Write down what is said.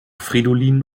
fridolin